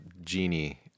genie